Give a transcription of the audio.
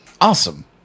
awesome